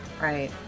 Right